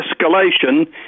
escalation